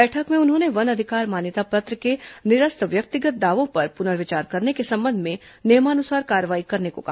बैठक में उन्होंने वन अधिकार मान्यता पत्र के निरस्त व्यक्तिगत दायों पर पुर्नविचार करने के संबंध में नियमानुसार कार्रवाई करने को कहा